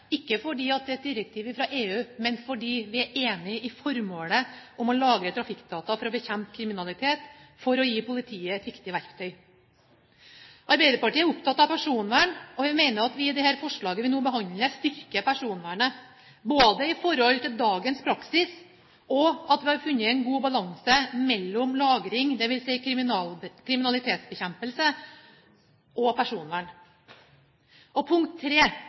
ikke fordi det er et direktiv fra EU, men fordi vi er enig i formålet om å lagre trafikkdata for å bekjempe kriminalitet for å gi politiet et viktig verktøy. For det andre: Arbeiderpartiet er opptatt av personvern, og vi mener at vi i det forslaget vi nå behandler, styrker personvernet i forhold til dagens praksis, og at vi har funnet en god balanse mellom lagring, dvs. kriminalitetsbekjempelse, og personvern.